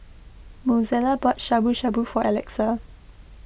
Mozella bought Shabu Shabu for Alexa